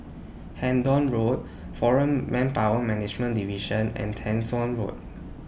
Hendon Road Foreign Manpower Management Division and Tessensohn Road